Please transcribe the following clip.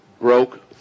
broke